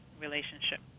relationship